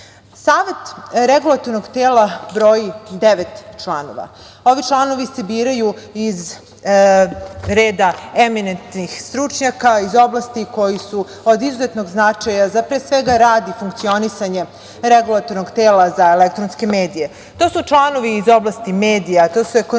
za elektronske medije broji devet članova. Ovi članovi se biraju iz reda eminentnih stručnjaka iz oblasti koje su od izuzetnog značaja za, pre svega, rad i funkcionisanje Regulatornog tela za elektronske medije. To su članovi iz oblasti medija, to su ekonomisti,